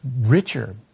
richer